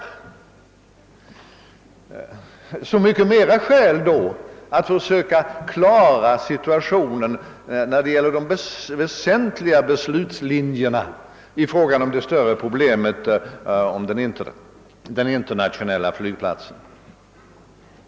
Det finns alltså även därför starka skäl att försöka klara situationen beträffande de väsentliga beslutslinjerna när det gäller det större problemet om den internationella flygplatsen.